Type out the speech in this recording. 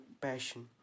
passion